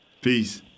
Peace